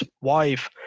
wife